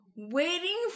waiting